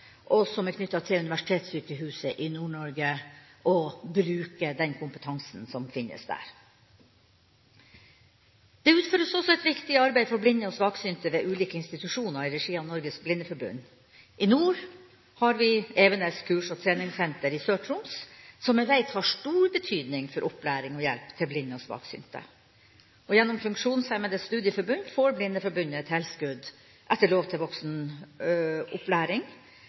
og som er knyttet til Universitetssykehuset Nord-Norge – og bruker den kompetansen som finnes der. Det utføres også et viktig arbeid for blinde og svaksynte ved ulike institusjoner i regi av Norges Blindeforbund. I nord, i nordre Nordland, har vi i Evenes et kurs- og treningssenter som jeg veit har stor betydning for opplæring og hjelp til blinde og svaksynte. Gjennom Funksjonshemmedes Studieforbund får Blindeforbundet tilskudd etter lov